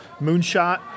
Moonshot